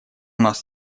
нас